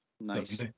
Nice